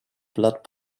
blood